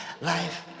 life